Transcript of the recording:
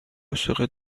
عاشق